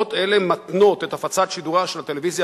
הוראות אלה מתנות את הפצת שידוריה של הטלוויזיה